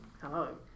Hello